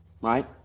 Right